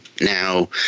now